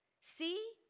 See